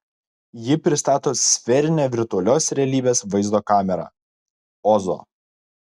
ji pristato sferinę virtualios realybės vaizdo kamerą ozo